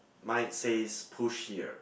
mine says push here